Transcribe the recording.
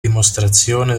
dimostrazione